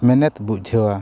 ᱢᱮᱱᱮᱛ ᱵᱩᱡᱷᱟᱹᱣᱟ